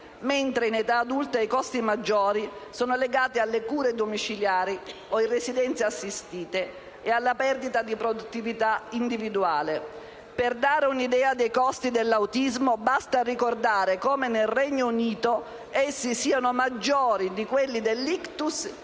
mentre in età adulta i costi maggiori sono legati alle cure domiciliari o alle residenze assistite e alla perdita di produttività individuale. Per dare un'idea dei costi dell'autismo basta ricordare come nel Regno Unito essi siano maggiori di quelli dell*'ictus*